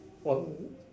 one